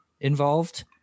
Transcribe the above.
involved